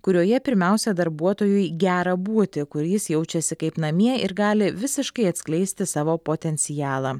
kurioje pirmiausia darbuotojui gera būti kur jis jaučiasi kaip namie ir gali visiškai atskleisti savo potencialą